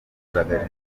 bategura